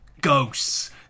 ghosts